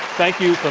thank you.